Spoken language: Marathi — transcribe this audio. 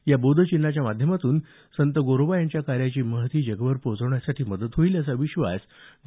या बोधचिन्हाच्या माध्यमातून संत गोरोबा यांच्या कार्याची महती जगभर पोहोचवण्यासाठी मदत होईल असा विश्वास डॉ